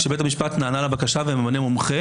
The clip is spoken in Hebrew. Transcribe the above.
כשבית משפט נענה לבקשה וממנה מומחה